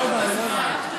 צריך למשוך את הזמן.